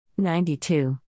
92